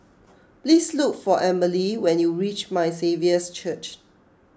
please look for Amberly when you reach My Saviour's Church